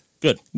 Good